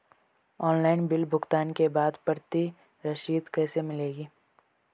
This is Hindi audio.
ऑनलाइन बिल भुगतान के बाद प्रति रसीद कैसे मिलेगी?